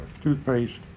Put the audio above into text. toothpaste